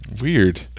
Weird